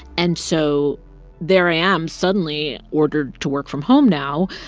and so there i am, suddenly ordered to work from home now,